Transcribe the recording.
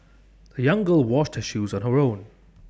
the young girl washed her shoes on her own